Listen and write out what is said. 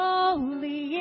Holy